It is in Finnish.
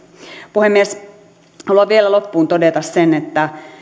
puhemies haluan vielä loppuun todeta sen että